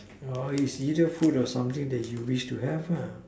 it's already food or something that you wish to have